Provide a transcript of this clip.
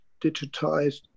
digitized